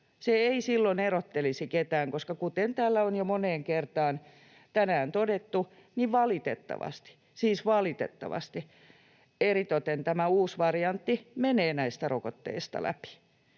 Se ei silloin erottelisi ketään. Kuten täällä on jo moneen kertaan tänään todettu, niin valitettavasti, siis valitettavasti, eritoten tämä uusi variantti menee näistä rokotteista läpi.